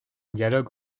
dialogue